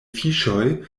fiŝoj